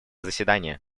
заседания